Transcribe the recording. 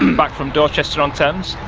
and back from dorchester on thames.